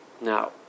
Now